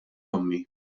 ommi